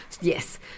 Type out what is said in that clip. Yes